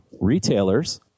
retailers